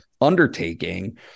undertaking